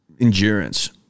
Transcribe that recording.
endurance